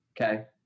okay